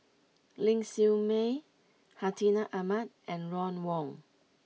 Ling Siew May Hartinah Ahmad and Ron Wong